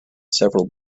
several